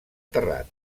terrat